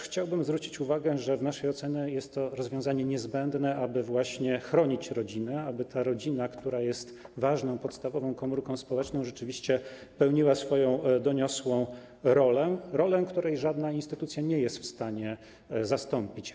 Chciałbym też zwrócić uwagę, że w naszej ocenie jest to rozwiązanie niezbędne, aby chronić rodzinę, aby rodzina, która jest ważną podstawową komórką społeczną, rzeczywiście pełniła swoją doniosłą rolę, której żadna instytucja nie jest w stanie zastąpić.